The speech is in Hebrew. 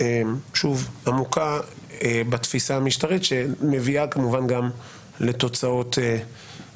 עמוקה בתפיסה המשטרית שמביאה כמובן גם לתוצאות